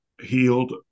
healed